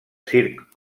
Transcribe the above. circ